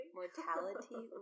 mortality